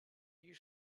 you